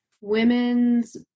women's